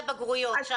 ההיבחנות.